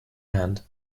hand